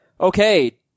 Okay